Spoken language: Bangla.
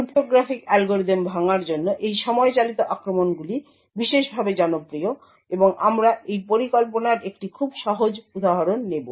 ক্রিপ্টোগ্রাফিক অ্যালগরিদম ভাঙার জন্য এই সময় চালিত আক্রমণগুলি বিশেষভাবে জনপ্রিয় এবং আমরা এই পরিকল্পনার একটি খুব সহজ উদাহরণ নেব